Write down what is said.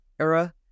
era